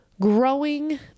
growing